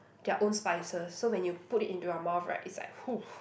their own spices so when you put it into your mouth right it's like !hoo!